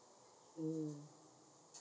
um